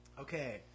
Okay